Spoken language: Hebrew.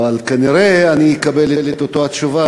כנראה אני אקבל את אותה התשובה.